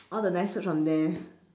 all the nice food from there